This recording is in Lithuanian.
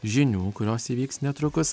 žinių kurios įvyks netrukus